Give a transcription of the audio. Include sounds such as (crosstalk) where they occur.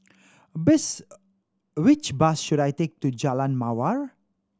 (unintelligible) which bus should I take to Jalan Mawar